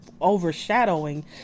overshadowing